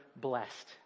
blessed